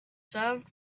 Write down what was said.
served